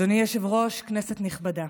אדוני היושב-ראש, כנסת נכבדה,